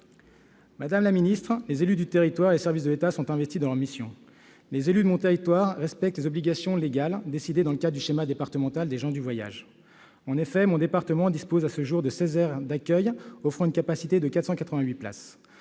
Madame la ministre, les élus et les services de l'État s'investissent dans leurs missions. Les élus de mon territoire respectent leurs obligations légales, décidées dans le cadre du schéma départemental des gens du voyage. En effet, mon département dispose à ce jour de 16 aires d'accueil offrant une capacité de 488 places.